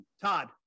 Todd